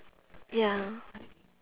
ya